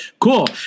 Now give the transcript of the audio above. Cool